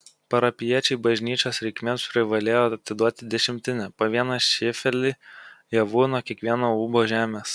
parapijiečiai bažnyčios reikmėms privalėjo atiduoti dešimtinę po vieną šėfelį javų nuo kiekvieno ūbo žemės